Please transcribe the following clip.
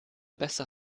besser